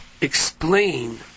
explain